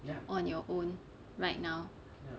on your own right now